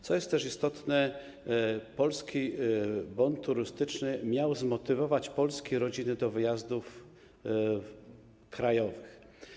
Co jest też istotne, Polski Bon Turystyczny miał zmotywować polskie rodziny do wyjazdów krajowych.